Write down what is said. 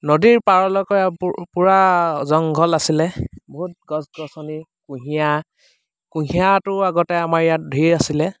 নদীৰ পাৰলৈকে পূৰা জংঘল আছিলে বহুত গছ গছনি কুঁহিয়াৰ কুঁহিয়াৰটো আগতে আমাৰ ইয়াত ঢেৰ আছিলে